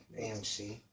AMC